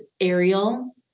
Ariel